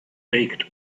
baked